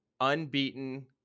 unbeaten